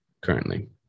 currently